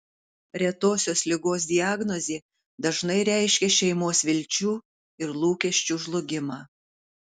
retosios ligos diagnozė dažnai reiškia šeimos vilčių ir lūkesčių žlugimą